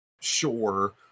Sure